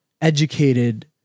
educated-